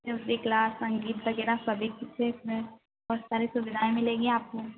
जो भी क्लास संगीत वगैरह सभी चीज है इसमें और सारी सुविधाएँ मिलेगी आपको